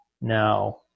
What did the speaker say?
now